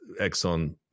Exxon